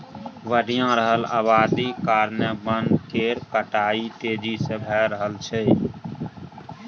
बढ़ि रहल अबादी कारणेँ बन केर कटाई तेजी से भए रहल छै